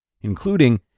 including